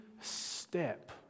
step